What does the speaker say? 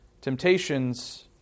temptations